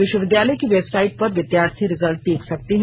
विश्वविद्यालय की वेबसाइट पर विद्यार्थी रिजल्ट देख सकते हैं